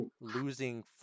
losing